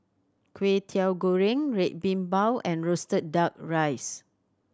Kway Teow Goreng Red Bean Bao and roasted Duck Rice